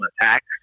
attacks